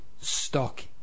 stock